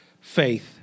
faith